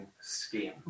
scheme